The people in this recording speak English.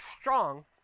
strong